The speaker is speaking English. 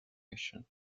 mission